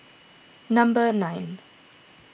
number nine